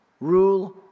rule